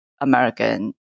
American